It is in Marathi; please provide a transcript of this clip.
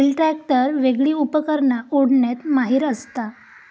व्हील ट्रॅक्टर वेगली उपकरणा ओढण्यात माहिर असता